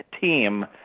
team